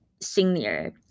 senior